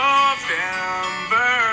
November